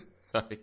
Sorry